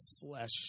flesh